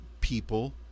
people